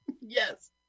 yes